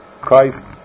Christ